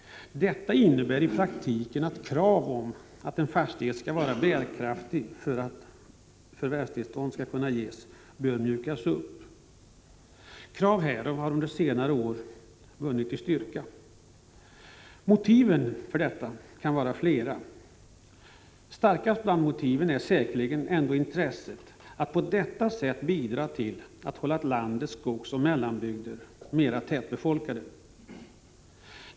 Detta innebär i praktiken att kravet på att en fastighet skall vara bärkraftig för att man skall kunna lämna förvärvstillstånd bör mjukas upp. Krav härvidlag har under senare år vunnit i styrka. Motiven kan vara flera. Starkast är säkerligen intresset att på detta sätt bidra till att landets skogsoch mellanbygder blir mer tätbefolkade.